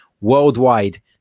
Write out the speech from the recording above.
worldwide